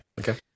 Okay